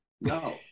No